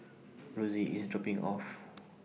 Rosy IS dropping Me off